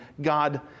God